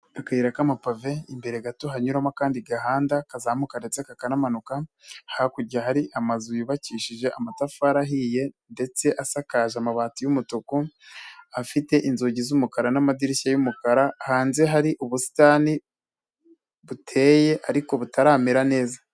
Akayira k'amapave imbere gato hanyuramo akandi gahanda kazamuka ndetse kakanamanuka, hakurya hari amazu yubakishije amatafari ahiye ndetse asakaje amabati y'umutuku, afite inzugi z'umukara n'amadirishya y'umukara, hanze hari ubusitani buteye ariko butaramera neza.